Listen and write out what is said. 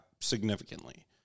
significantly